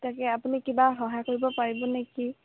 তাকে আপুনি কিবা সহায় কৰিব পাৰিব নেকি